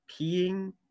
peeing